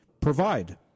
provide